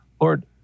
Lord